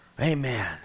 Amen